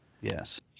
Yes